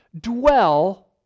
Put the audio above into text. dwell